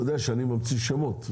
אתה יודע שאני ממציא שמות,